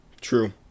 True